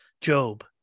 Job